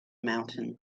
mountain